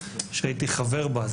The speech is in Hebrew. שהייתי חבר בה.